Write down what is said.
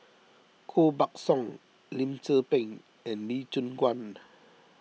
Koh Buck Song Lim Tze Peng and Lee Choon Guan